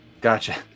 Gotcha